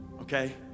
Okay